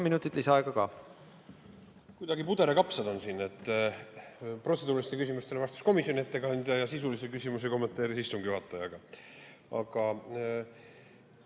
minutit lisaaega. Kuidagi puder ja kapsad on siin. Protseduuriliste küsimustele vastas komisjoni ettekandja ja sisulisi küsimusi kommenteeris istungi juhataja. Aga